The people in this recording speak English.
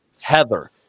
Heather